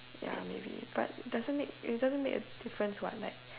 ya maybe but doesn't make it doesn't make a difference what like